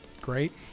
Great